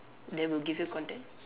that will give you content